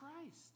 Christ